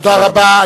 תודה רבה.